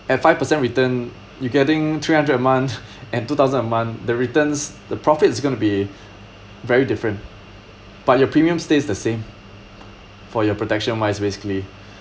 at five percent return you getting three hundred a month and two thousand a month the returns the profits gonna be very different but your premium stays the same for your protection wise basically